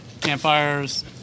campfires